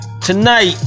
tonight